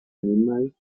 animal